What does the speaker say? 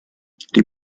die